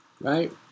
right